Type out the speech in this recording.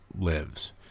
lives